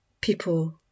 people